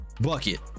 bucket